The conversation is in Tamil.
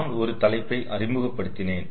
நான் ஒரு தலைப்பை அறிமுகப்படுத்தினேன்